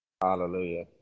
hallelujah